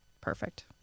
perfect